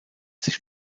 sich